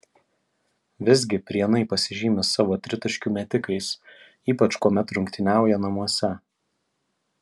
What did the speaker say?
visgi prienai pasižymi savo tritaškių metikais ypač kuomet rungtyniauja namuose